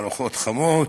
ארוחות חמות.